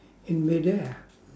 in mid air